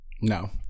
No